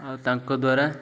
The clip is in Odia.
ଆଉ ତାଙ୍କ ଦ୍ୱାରା